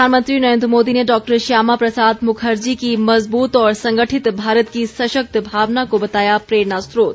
प्रधानमंत्री नरेन्द्र मोदी ने डॉ श्यामा प्रसाद मुखर्जी की मज़बूत और संगठित भारत की सशक्त भावना को बताया प्रेरणा स्रोत